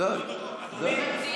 אה, יופי.